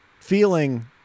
feeling